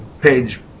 page